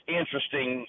interesting